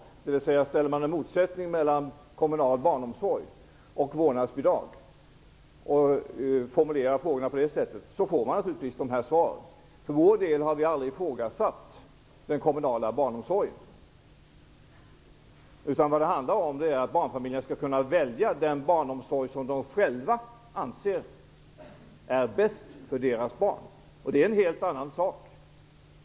Formuleras frågorna så att man konstruerar en motsättning mellan kommunal barnomsorg och vårdnadsbidrag, får man ett sådant här svar. Vi har för vår del aldrig ifrågasatt den kommunala barnomsorgen. Vad det handlar om är att barnfamiljerna skall kunna välja den barnomsorg som de själva anser vara bäst för deras barn, och det är en helt annan sak.